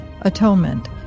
Atonement